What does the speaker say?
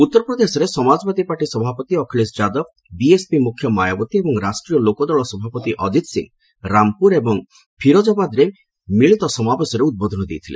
ଉତ୍ତରପ୍ରଦେଶରେ ସମାଜବାଦୀ ପାର୍ଟି ସଭାପତି ଅଖିଳେଶ ଯାଦବ ବିଏସପି ମୁଖ୍ୟ ମାୟାବତୀ ଏବଂ ରାଷ୍ଟ୍ରୀୟ ଲୋକଦଳ ସଭାପତି ଅଜିତ ସିଂ ରାମପୁର ଏବଂ ଫିରୋଜାବାଦ୍ରେ ମିଳିତ ସମାବେଶରେ ଉଦ୍ବୋଧନ ଦେଇଥିଲେ